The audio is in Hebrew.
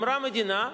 אמרה המדינה: